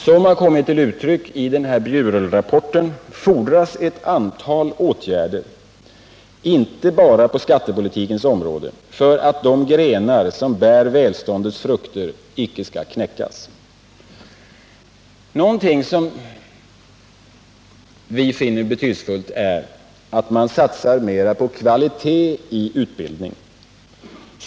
Som har kommit till uttryck i Bjurelrapporten fordras ett antal åtgärder, inte bara på skattepolitikens område, för att de grenar som bär välståndets frukter icke skall knäckas. Något som vi finner betydelsefullt är att man satsar mera på kvalitet i utbildningen.